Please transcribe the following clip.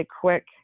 quick